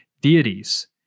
deities